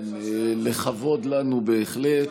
שלכבוד לנו בהחלט,